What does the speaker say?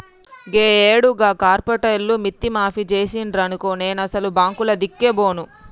గీయేడు గా కార్పోరేటోళ్లు మిత్తి మాఫి జేసిండ్రనుకో నేనసలు బాంకులదిక్కే బోను